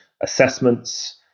assessments